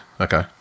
okay